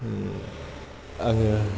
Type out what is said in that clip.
आङो